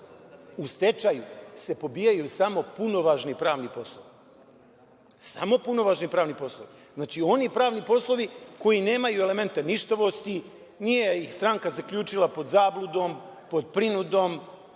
u stečaju se pobijaju samo punovažni pravni poslovi, samo punovažni pravni poslovi. Znači, oni pravni poslovi koji nemaju elemente ništavosti, nije ih stranka zaključila pod zabludom, pod prinudom,